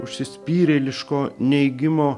užsispyrėliško neigimo